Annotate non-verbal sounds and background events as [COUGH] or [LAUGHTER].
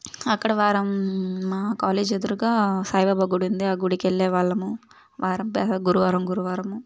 అక్కడ వారం మా కాలేజీ ఎదురుగా సాయిబాబా గుడి ఉంది ఆ గుడికెళ్లే వాళ్ళము వారం [UNINTELLIGIBLE] గురువారం గురువారము